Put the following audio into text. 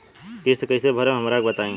किस्त कइसे भरेम हमरा के बताई?